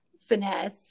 finesse